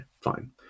fine